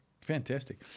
Fantastic